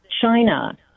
China